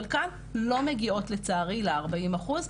חלקן לא מגיעות לצערי ל-40 אחוז,